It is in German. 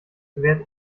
währt